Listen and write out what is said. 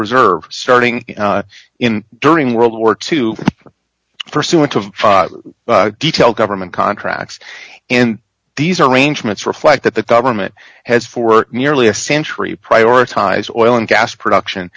reserve starting in during world war two for so much of detail government contracts in these arrangements reflect that the government has for nearly a century prioritized oil and gas production